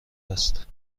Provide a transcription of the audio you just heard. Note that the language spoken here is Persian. است